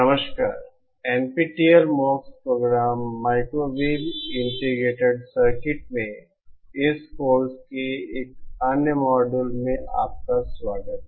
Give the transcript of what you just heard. नमस्कार NPTEL MOOCs programme microwave integrated circuit में इस कोर्स के एक अन्य मॉड्यूल में आपका स्वागत है